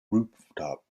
rooftop